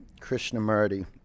Krishnamurti